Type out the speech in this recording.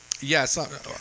Yes